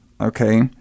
Okay